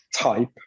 type